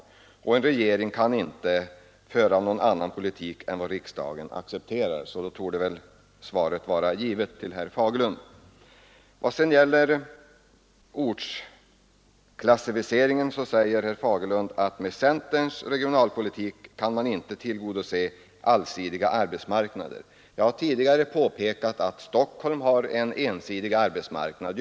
Och eftersom en regering inte kan föra någon annan politik än vad riksdagen accepterar, torde väl svaret till herr Fagerlund vara givet. Vad gäller ortklassificeringen säger herr Fagerlund att med centerns regionalpolitik kan man inte tillgodose allsidiga arbetsmarknader. Jag har tidigare påpekat att Stockholm har en ensidig arbetsmarknad.